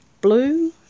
blue